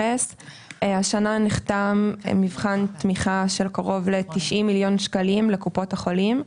השנה נחתם מבחן תמיכה של קרוב ל-90 מיליון שקלים לקופות החולים,